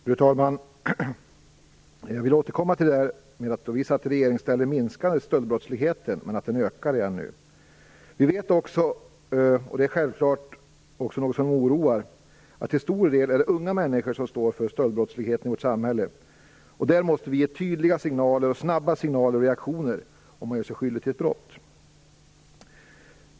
Fru talman! Jag vill återkomma till det faktum att då vi var i regeringsställning minskade stöldbrottsligheten, men nu ökar den igen. Vi vet också, och det är självklart också något som oroar, att det till stor del är unga människor som står för stöldbrottsligheten i vårt samhälle. Om man gör sig skyldig till ett brott, måste vi ge tydliga och snabba signaler och reaktioner.